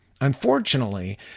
Unfortunately